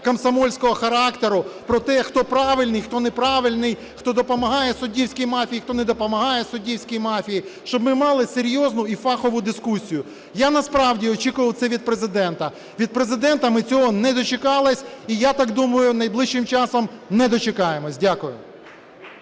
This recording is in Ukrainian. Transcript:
комсомольського характеру про те, хто правильний, хто неправильний, хто допомагає суддівській мафії, хто не допомагає суддівській мафії, щоб ми мали серйозну і фахову дискусію. Я насправді очікував це від Президента. Від Президента ми цього не дочекалися і, я так думаю, найближчим часом не дочекаємося. Дякую.